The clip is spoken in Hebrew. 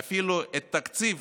ואפילו את התקציב